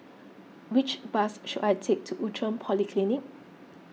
which bus should I take to Outram Polyclinic